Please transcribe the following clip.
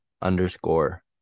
underscore